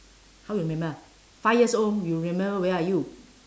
how you remember five years old you remember where are you